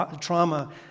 Trauma